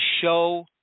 show